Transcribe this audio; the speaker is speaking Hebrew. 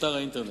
אתר האינטרנט,